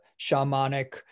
shamanic